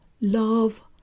love